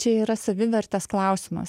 čia yra savivertės klausimas